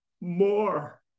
more